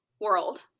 world